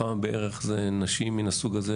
כמה בערך זה נשים מן הסוג הזה,